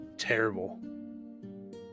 terrible